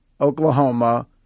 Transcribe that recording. Oklahoma